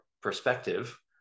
perspective